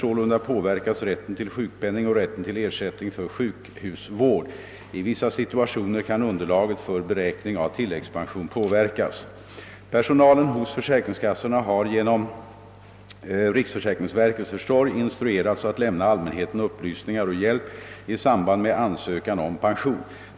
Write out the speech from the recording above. Sålunda påverkas rätten till sjukpenning och rätten till ersättning för sjukhusvård. I vissa situationer kan underlaget för beräkning av tillläggspension påverkas. har genom riksförsäkringsverkets försorg instruerats att lämna allmänheten upplysningar och hjälp i samband med ansökan om pension.